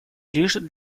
лишь